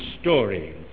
story